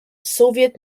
soviet